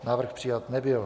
Návrh přijat nebyl.